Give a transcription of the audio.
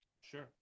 Sure